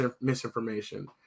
misinformation